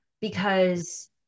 because-